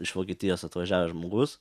iš vokietijos atvažiavęs žmogus